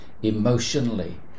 emotionally